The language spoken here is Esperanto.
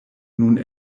nun